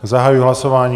Zahajuji hlasování.